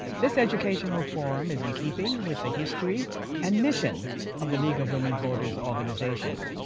this educational forum is in keeping with the history and mission of the league of women voters organization.